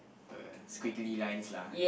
a squiggly lines lah